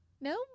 No